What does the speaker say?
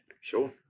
Sure